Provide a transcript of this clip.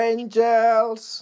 Angels